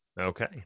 Okay